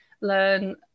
learn